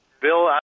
bill